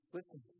Listen